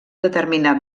determinat